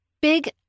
big